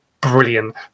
brilliant